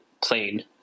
plane